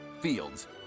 Fields